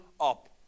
up